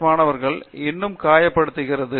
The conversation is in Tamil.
டி மாணவர்கள் இன்னும் காயப்படுத்துகிறது